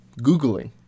googling